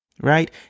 right